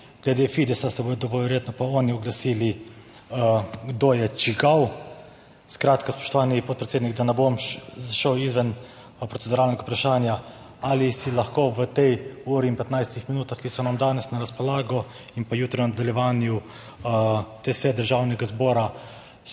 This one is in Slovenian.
Glede Fidesa se bodo verjetno pa oni oglasili, kdo je čigav. Skratka, spoštovani podpredsednik, da ne bom šel izven proceduralnega vprašanja: ali si lahko v tej uri in 15 minutah, ki so nam danes na razpolago in pa jutri v nadaljevanju te seje Državnega zbora